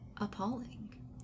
appalling